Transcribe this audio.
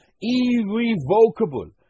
Irrevocable